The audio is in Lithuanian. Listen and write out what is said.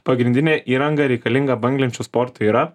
pagrindinė įranga reikalinga banglenčių sportui yra